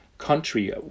country